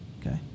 okay